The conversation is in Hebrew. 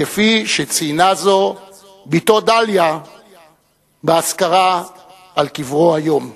כפי שציינה זאת בתו דליה באזכרה על קברו היום.